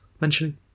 mentioning